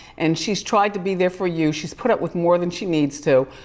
and she's tried to be there for you. she's put up with more than she needs to.